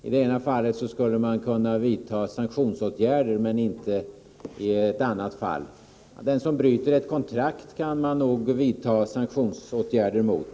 I det ena fallet skulle man kunna vidta sanktionsåtgärder, men inte i det andra. Den som bryter ett kontrakt kan man vidta sanktionsåtgärder mot.